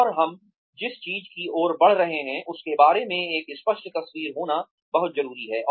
और हम जिस चीज की ओर बढ़ रहे हैं उसके बारे में एक स्पष्ट तस्वीर होना बहुत जरूरी है